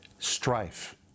Strife